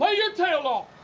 ah your tail off.